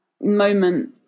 moment